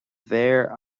mhéar